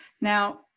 Now